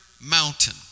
mountain